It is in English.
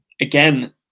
again